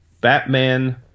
Batman